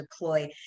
deploy